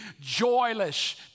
joyless